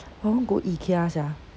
I want to go ikea sia